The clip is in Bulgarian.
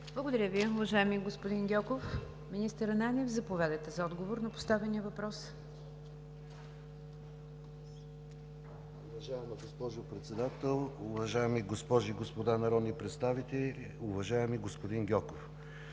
Благодаря Ви, уважаеми господин Гьоков. Министър Ананиев, заповядайте за отговор на поставения въпрос. МИНИСТЪР КИРИЛ АНАНИЕВ: Уважаема госпожо Председател, уважаеми госпожи и господа народни представители! Уважаеми господин Гьоков,